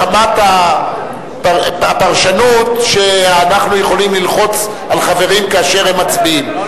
מחמת הפרשנות שאנחנו יכולים ללחוץ על חברים כאשר הם מצביעים.